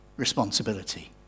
responsibility